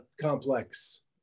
complex